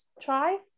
try